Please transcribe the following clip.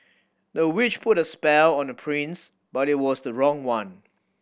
the witch put a spell on the prince but it was the wrong one